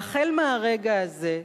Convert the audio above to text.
והחל ברגע הזה,